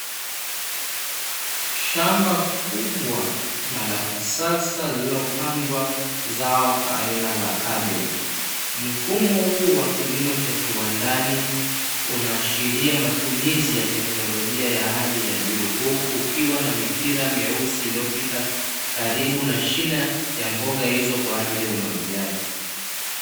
Shamba kubwa na lakisas lilopandwa katika shamba